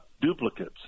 duplicates